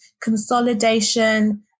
consolidation